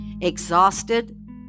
exhausted